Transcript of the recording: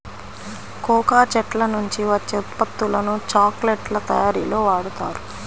cocoa చెట్ల నుంచి వచ్చే ఉత్పత్తులను చాక్లెట్ల తయారీలో వాడుతారు